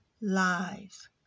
lives